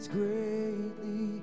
greatly